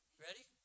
Ready